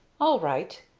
all right.